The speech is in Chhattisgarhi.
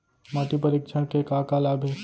माटी परीक्षण के का का लाभ हे?